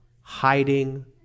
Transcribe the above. hiding